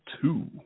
two